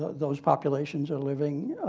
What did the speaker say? those populations are living,